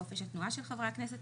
חופש התנועה של חברי הכנסת,